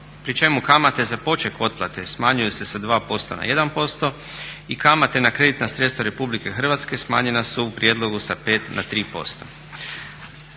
pri čemu kamate za poček otplate smanjuju se sa 2% na 1% i kamate na kreditna sredstva Republike Hrvatske smanjena su u prijedlogu sa 5 na 3%.